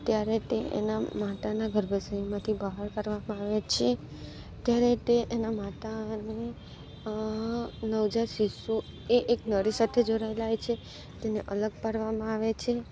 ત્યારે તે એના માતાના ગર્ભાશયમાંથી બહાર કાઢવામાં આવે છે ત્યારે તે એના માતાને અ નવજાત શિશુ એ એક નળી સાથે જોડાયેલ હોય છે તેને અલગ પાડવામાં આવે છે